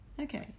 Okay